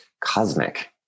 cosmic